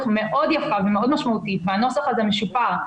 מאוד יפה ומאוד משמעותית בנוסח המשופר,